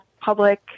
public